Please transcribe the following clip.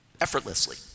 effortlessly